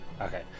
Okay